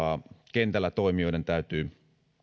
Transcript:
kentällä toimijoiden täytyy